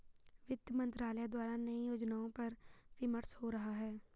वित्त मंत्रालय द्वारा नए योजनाओं पर विमर्श हो रहा है